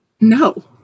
No